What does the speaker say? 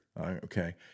Okay